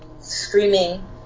screaming